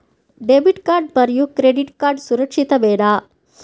Debit card మరియు credit card సురక్షితమేనా?